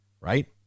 right